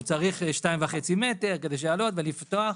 הוא צריך 2.5 מטר כדי לעלות ולפתוח.